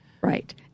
Right